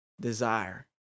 desire